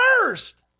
first